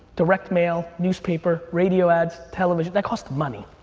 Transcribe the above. direct mail, newspaper, radio ads, television, they cost money.